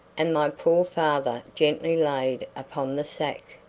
and my poor father gently laid upon the sack.